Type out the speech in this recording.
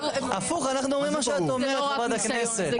הפוך, אנחנו אומרים מה שאת אומרת, חברת הכנסת.